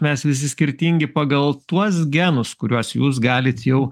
mes visi skirtingi pagal tuos genus kuriuos jūs galit jau